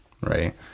right